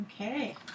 Okay